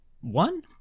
One